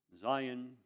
Zion